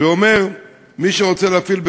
ואומרים: מי שרוצה להפעיל בשבת,